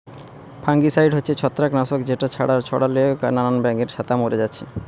fungicide হচ্ছে ছত্রাক নাশক যেটা গাছে ছোড়ালে নানান ব্যাঙের ছাতা মোরে যাচ্ছে